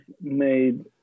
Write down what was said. made